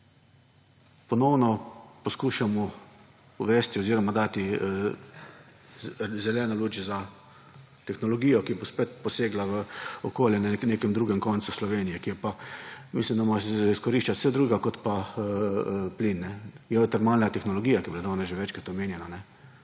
ponovno poskušamo uvesti oziroma dati zeleno luč za tehnologijo, ki bo spet posegla v okolje na nekem drugem koncu Slovenije, kjer pa mislim, da moramo izkoriščati vsega drugega kot pa plin, geotermalna tehnologija, ki je bila danes že večkrat omenjena.